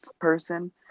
person